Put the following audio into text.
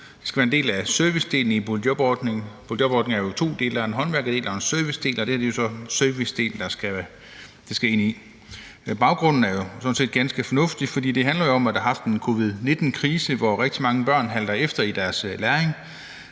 det skal være en del af servicedelen i boligjobordningen. Boligjobordningen er jo i to dele, nemlig en håndværkerdel og en servicedel, og det her skal jo så ind i servicedelen, og baggrunden er jo sådan set fornuftig. For det handler jo om, at man har haft en covid-19-krise, hvor rigtig mange børn halter efter i deres læring.